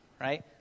Right